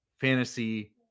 fantasy